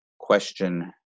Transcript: question